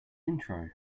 intro